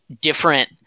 different